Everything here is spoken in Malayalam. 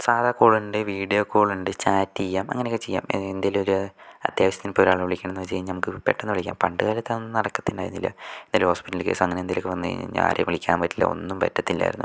സാധാ കോള് ഉണ്ട് വീഡിയോ കോള് ഉണ്ട് ചാറ്റ് ചെയ്യാം അങ്ങനെ ഒക്കെ ചെയ്യാം എന്തേലുമൊരു അത്യാവശ്യത്തിന് ഇപ്പം ഒരാളെ വിളിക്കണമെന്ന് വച്ച് കഴിഞ്ഞാൽ നമുക്ക് പെട്ടന്ന് വിളിക്കാം പണ്ട് കാലത്ത് അതൊന്നും നടക്കത്തിണ്ടായിരുന്നില്ല ഒരു ഹോസ്പിറ്റല് കേസ് അങ്ങനെ എന്തേലൊക്കെ വന്ന് കഴിഞ്ഞാൽ ആരേയും വിളിക്കാൻ പറ്റില്ല ഒന്നും പറ്റത്തില്ലായിരുന്നു